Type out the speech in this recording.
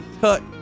cut